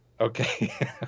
Okay